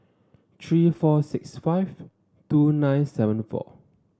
three four six five two nine seven four